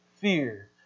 fear